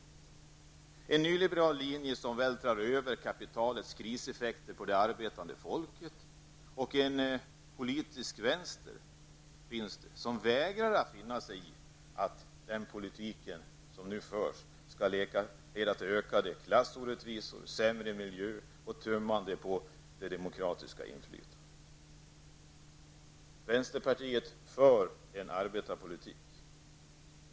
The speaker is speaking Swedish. Vi har en nyliberal linje som vältrar över kapitalets kriseffekter på det arbetande folket och en politisk vänster som vägrar att finna sig i att den politik som nu förs skall leda till ökade klassorättvisor, sämre miljö och tummande på det demokratiska inflytandet. Vänsterpartiet för en arbetarpolitik.